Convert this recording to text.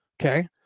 okay